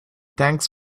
thanks